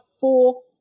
four